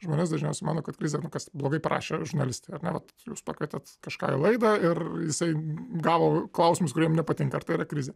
žmonės dažniausiai mano kad krizė nu kas blogai prašė žurnalistai ar ne jūs pakvietėt kažką į laidą ir jisai gavo klausimus kurie jam nepatinka ar tai yra krizė